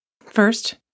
First